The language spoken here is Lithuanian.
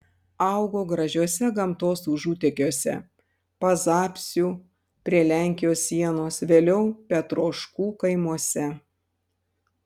augo gražiuose gamtos užutekiuose pazapsių prie lenkijos sienos vėliau petroškų kaimuose